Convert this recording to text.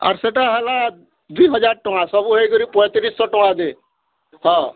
ଆର୍ ସେଟା ହେଲା ଦୁଇ ହଜାର୍ ଟଙ୍ଗା ସବୁ ହେଇକରି ପଇଁତିରିଶ୍ଶହ ଟଙ୍ଗା ଦେ ହଁ